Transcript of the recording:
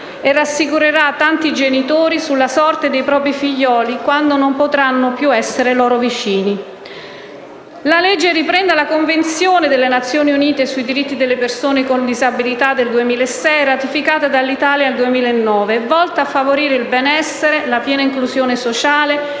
e rassicurerà tanti genitori sulla sorte dei propri figlioli quando non potranno più essere loro vicini. La legge riprende la Convenzione delle Nazioni Unite sui diritti delle persone con disabilità del 2006, ratificata dall'Italia nel 2009, volta a favorire il benessere, la piena inclusione sociale